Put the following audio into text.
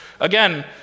again